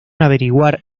averiguar